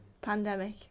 Pandemic